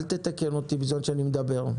אל תתקן אותי בזמן שאני מדבר.